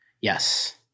Yes